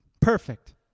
perfect